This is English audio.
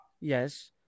Yes